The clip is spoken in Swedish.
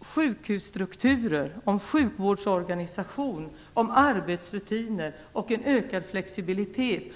sjukhusstrukturer, sjukvårdsorganisation, arbetsrutiner och ökad flexibilitet.